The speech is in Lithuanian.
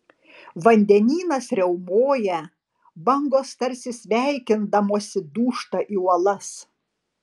vandenynas riaumoja bangos tarsi sveikindamosi dūžta į uolas